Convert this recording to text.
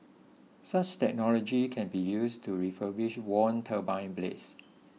such technology can be used to refurbish worn turbine blades